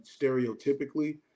stereotypically